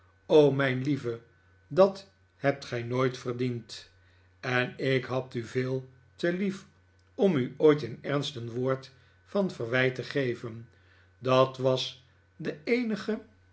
o mijn lieve dat hebt gij nooit verdiend en ik had u veel te lief om u ooit in ernst een woord van verwijt te geven dat was de eenige